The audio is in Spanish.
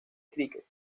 cricket